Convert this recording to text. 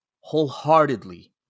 wholeheartedly